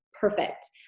perfect